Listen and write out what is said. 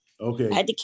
Okay